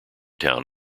town